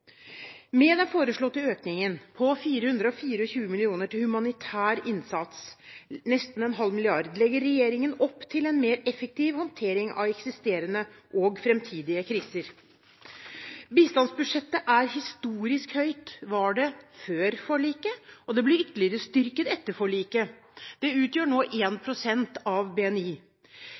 Med den foreslåtte økningen på 424 mill. kr til humanitær innsats, nesten en halv milliard, legger regjeringen opp til en mer effektiv håndtering av eksisterende og fremtidige kriser. Bistandsbudsjettet er historisk høyt – det var det før forliket, og det ble ytterligere styrket etter forliket. Det utgjør nå 1 pst. av BNI.